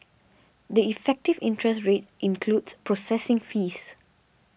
the effective interest rate includes processing fees